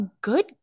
good